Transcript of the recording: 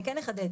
אני כן אחדד,